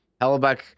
Hellebuck